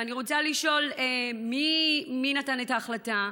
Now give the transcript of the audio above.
ואני רוצה לשאול מי נתן את ההחלטה,